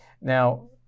Now